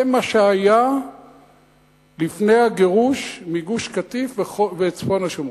זה מה שהיה לפני הגירוש מגוש-קטיף וצפון השומרון.